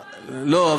לא,